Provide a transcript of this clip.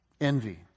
envy